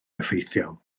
effeithiol